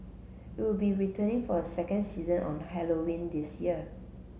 it will be returning for a second season on Halloween this year